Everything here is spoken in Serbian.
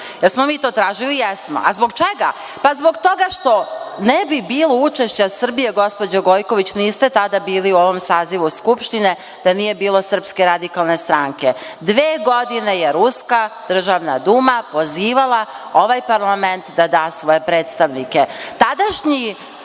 li smo mi to tražili? Jesmo. Zbog čega? Zbog toga što ne bi bilo učešća Srbije, gospođo Gojković, niste tada bili u ovom sazivu Skupštine, da nije bilo SRS. Dve godine je Ruska Državna Duma pozivala ovaj parlament da da svoje predstavnike. Tadašnji